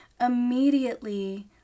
immediately